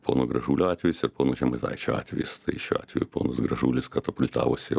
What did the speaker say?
pono gražulio atvejis ir pono žemaitaičio atvejis tai šiuo atveju ponas gražulis katapultavosi